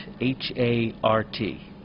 H-A-R-T